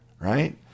Right